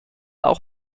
auch